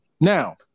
Now